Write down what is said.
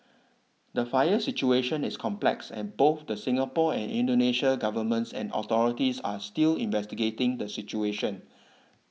the fire situation is complex and both the Singapore and Indonesia governments and authorities are still investigating the situation